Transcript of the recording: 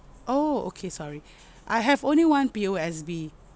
oh okay sorry I have only one P_O_S_B